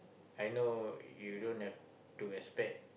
I know you don't have to expect